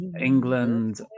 England